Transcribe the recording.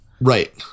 Right